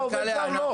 העובד זר לא.